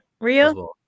Real